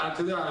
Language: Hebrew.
אתה יודע,